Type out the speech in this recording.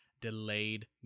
delayed